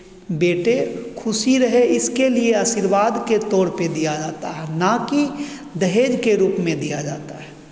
बेटे खुशी रहे इसके लिए आशीर्वाद के तौर पे दिया जाता है ना कि दहेज के रूप में दिया जाता है